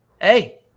hey